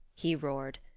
he roared,